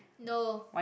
no